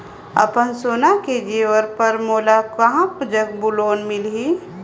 अपन सोना के जेवर पर मोला कहां जग लोन मिलही?